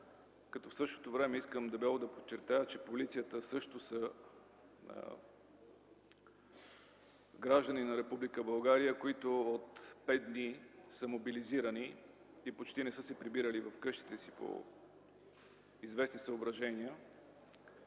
В същото време искам дебело да подчертая, че полицаите също са граждани на Република България, които от пет дни са мобилизирани и почти не са се прибирали в къщите си по известни съображения.